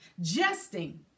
Jesting